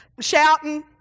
shouting